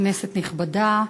כנסת נכבדה,